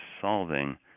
solving